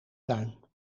tuin